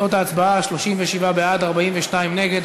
תוצאות ההצבעה: 37 בעד, 42 נגד.